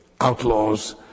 outlaws